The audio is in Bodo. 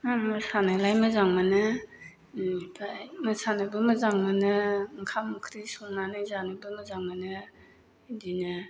आं मोसानोलाय मोजां मोनो ओमफ्राय मोसानोबो मोजां मोनो ओंखाम ओंख्रि संनानै जानोबो मोजां मोनो बिदिनो